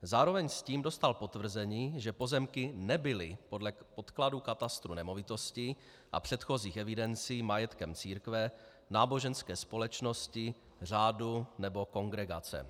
Zároveň s tím dostal potvrzení, že pozemky nebyly podle podkladů katastru nemovitostí a předchozích evidencí majetkem církve, náboženské společnosti, řádu nebo kongregace.